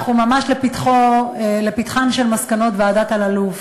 אנחנו ממש לפתחן של מסקנות ועדת אלאלוף,